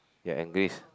ya English